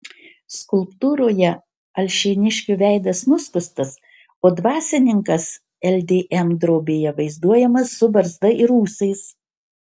skulptūroje alšėniškio veidas nuskustas o dvasininkas ldm drobėje vaizduojamas su barzda ir ūsais